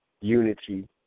unity